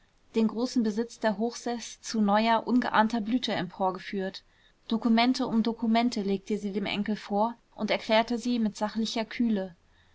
den großen besitz der hochseß zu neuer ungeahnter blüte emporgeführt dokumente um dokumente legte sie dem enkel vor und erklärte sie mit sachlicher kühle